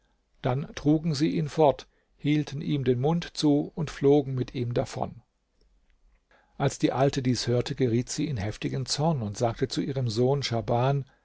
dann trugen sie ihn fort hielten ihm den mund zu und flogen mit ihm davon als die alte dies hörte geriet sie in heftigen zorn und sagte zu ihrem sohn schahban